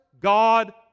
God